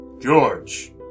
George